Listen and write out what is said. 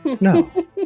No